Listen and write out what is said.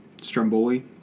stromboli